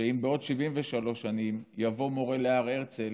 שאם בעוד 73 שנים יבוא מורה להר הרצל,